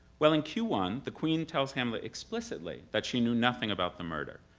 well, in q one, the queen tells hamlet explicitly that she knew nothing about the murder.